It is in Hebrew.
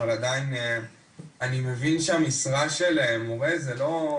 אבל עדיין אני מבין שהמשרה של מורה זה לא,